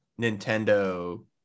Nintendo